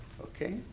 Okay